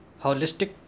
holistic